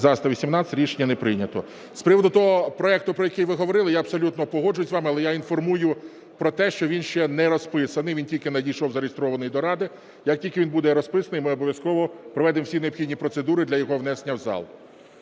За-118 Рішення не прийнято. З приводу того проекту, про який ви говорили, я абсолютно погоджуюся з вами, але я інформую про те, що він ще не розписаний, він тільки надійшов зареєстрований до Ради. Як тільки він буде розписаний, ми обов'язково проведемо всі необхідні процедури для його внесення в зал.